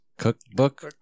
cookbook